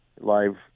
live